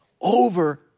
Over